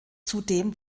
zudem